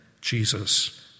Jesus